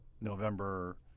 November